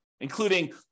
including